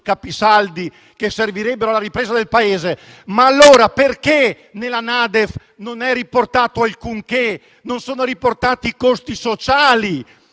capisaldi che servirebbe alla ripresa del Paese. Allora perché nella NADEF non è riportato alcunché e non sono riportati i costi sociali